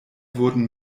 wurden